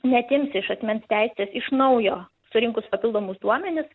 neatims iš asmens teisės iš naujo surinkus papildomus duomenis